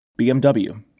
BMW